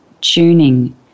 tuning